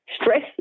stress